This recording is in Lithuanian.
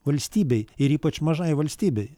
valstybei ir ypač mažai valstybei